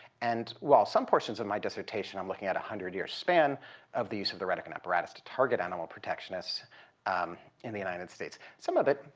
and while some portions of my dissertation i'm looking at a one hundred year span of the use of the rhetoric and apparatus to target animal protectionists in the united states some of it,